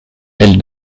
elle